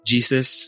Jesus